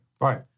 right